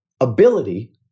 ability